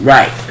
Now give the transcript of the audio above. Right